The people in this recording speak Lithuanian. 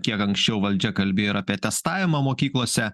kiek anksčiau valdžia kalbėjo ir apie testavimą mokyklose